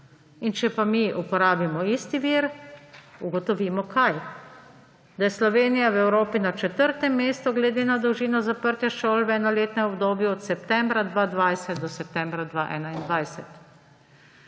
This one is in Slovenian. Če pa mi uporabimo isti vir, ugotovimo – kaj? Da je Slovenija v Evropi na četrtem mestu glede na dolžino zaprta šol v enoletnem obdobju od septembra 2020 do septembra 2021.